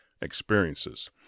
experiences